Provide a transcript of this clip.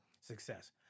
success